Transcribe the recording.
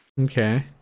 Okay